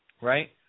right